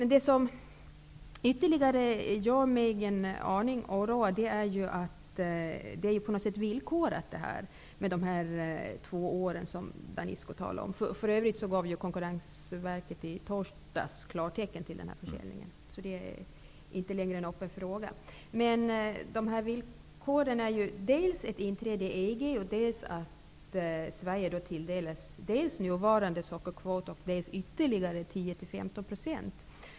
Vad som gör mig en aning oroad är att de två åren som Danisco talade om på något sätt är villkorade. För övrigt gav Konkurrensverket i torsdags klartecken till försäljningen. Det är alltså inte längre någon öppen fråga. Villkoren är dels ett inträde i EG, dels att Sverige tilldelas nuvarande sockerkvot och dessutom ytterligare 10--15 %.